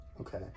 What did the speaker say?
Okay